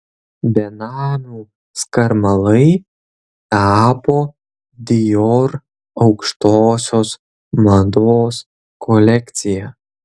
benamių skarmalai tapo dior aukštosios mados kolekcija